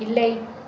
இல்லை